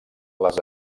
les